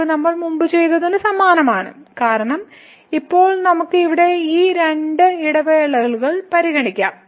തെളിവ് നമ്മൾ മുമ്പ് ചെയ്തതിന് സമാനമാണ് കാരണം ഇപ്പോൾ നമുക്ക് ഇവിടെ ഈ രണ്ട് ഇടവേളകൾ പരിഗണിക്കാം